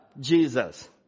Jesus